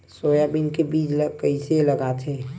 Soybean के बीज ल कइसे लगाथे?